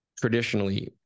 Traditionally